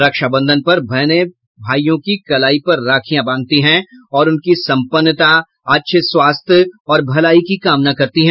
रक्षाबंधन पर बहनें भाइयों की कलाई पर राखियां बांधती हैं और उनकी संपन्नता अच्छे स्वास्थ्य और भलाई की कामना करती हैं